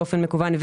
באופן מקוון,